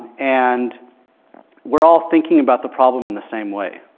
and we're all thinking about the problem in the same way.